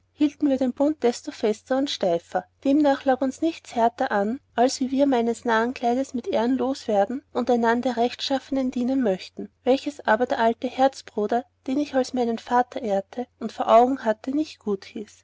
hielten wir den bund desto fester und steifer demnach lag uns nichts härter an als wie wir meines narrenkleids mit ehren los werden und einan der rechtschaffen dienen möchten welches aber der alte herzbruder den ich als meinen vatter ehrete und vor augen hatte nicht guthieß